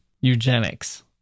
Eugenics